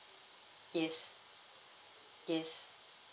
yes yes